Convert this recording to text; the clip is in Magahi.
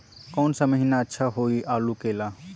कौन सा महीना अच्छा होइ आलू के ला?